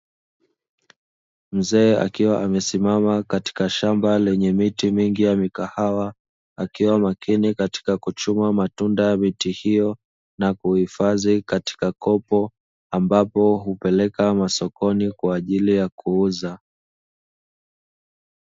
Mzee akiwa amesimama katika shamba lenye miti mingi ya mikahawa, akiwa makini katika kuchuma matunda ya miti hiyo na kuhifadhi katika kopo ambapo hupeleka masokoni kwa ajili ya kuuza.